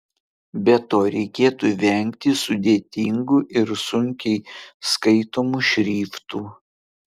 be to reikėtų vengti sudėtingų ir sunkiai skaitomų šriftų